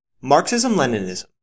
Marxism-Leninism